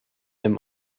dem